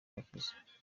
wakize